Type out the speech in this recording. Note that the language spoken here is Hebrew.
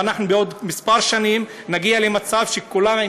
ובעוד כמה שנים אנחנו נגיע למצב שכולם,